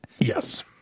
Yes